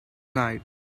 night